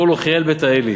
קראו לו חיאל בית האלי.